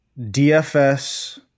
DFS